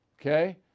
okay